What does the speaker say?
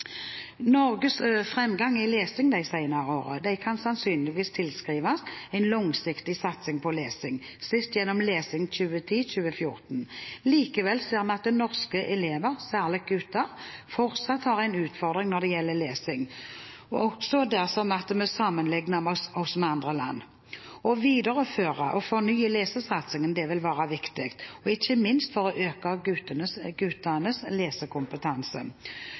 Norges framgang i lesing de senere årene kan sannsynligvis tilskrives en langsiktig satsing på lesing, sist gjennom Lesesatsing 2010–2014. Likevel ser man at norske elever, særlig gutter, fortsatt har en utfordring når det gjelder lesing, også dersom vi sammenligner oss med andre land. Å videreføre og fornye lesesatsingen vil være viktig, ikke minst for å øke guttenes lesekompetanse.